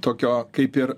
tokio kaip ir